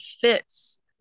fits